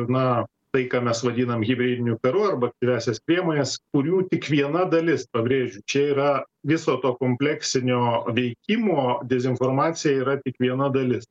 na tai ką mes vadinam hibridiniu karu arba kairiąsias priemones kurių tik viena dalis pabrėžiu čia yra viso to kompleksinio veikimo dezinformacija yra tik viena dalis